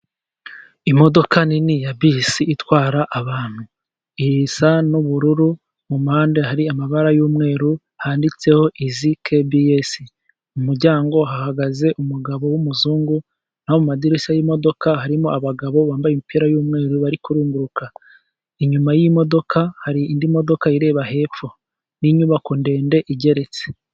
Imodoka nini ya bisi itwara abantu isa n'ubururu, mu mpande hari amabara y'umweru handitseho izi kebiyesi, mu muryango hahagaze umugabo w'umuzungu, na ho mu madirishya y'imodoka harimo abagabo bambaye imipira y'umweru bari kurunguruka, inyuma y'imodoka hari indi modoka ireba, hepfo n'inyubako ndende igeretse.